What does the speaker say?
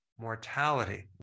mortality